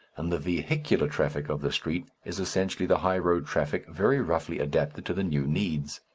and the vehicular traffic of the street is essentially the high road traffic very roughly adapted to the new needs.